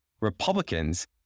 Republicans